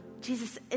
Jesus